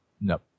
Nope